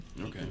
Okay